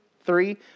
three